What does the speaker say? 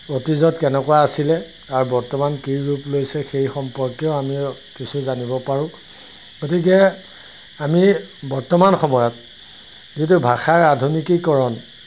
অতীজত কেনেকুৱা আছিলে আৰু বৰ্তমান কি ৰূপ লৈছে সেই সম্পৰ্কেও আমি কিছু জানিব পাৰোঁ গতিকে আমি বৰ্তমান সময়ত যিটো ভাষাৰ আধুনিকীকৰণ